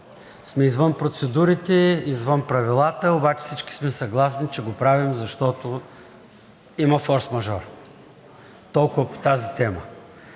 сме извън процедурите, извън правилата, обаче всички сме съгласни, че го правим, защото има форсмажор. Толкова по тази тема.